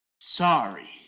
Sorry